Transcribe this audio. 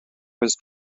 was